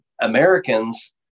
Americans